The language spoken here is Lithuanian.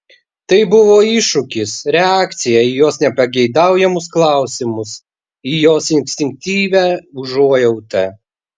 tai buvo iššūkis reakcija į jos nepageidaujamus klausimus į jos instinktyvią užuojautą